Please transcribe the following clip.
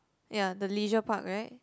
ya the leisure park right